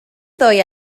ddwy